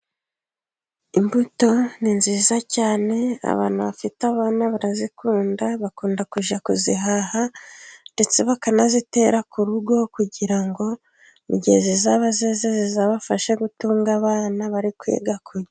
Imbuto ni nziza cyane abantu bafite abana barazikunda, bakunda kujya kuzihaha ndetse bakanazitera ku rugo kugira ngo mugihe zizaba zeze zizabafashe gutunga abana bari kwiga kurya.